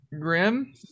Grim